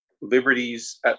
liberties